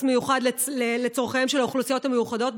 מיוחד לצורכיהן של האוכלוסיות המיוחדות.